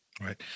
Right